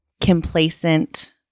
complacent